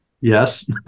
Yes